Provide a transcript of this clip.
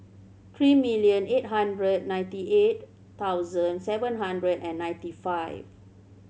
three million eight hundred ninety eight thousand seven hundred and ninety five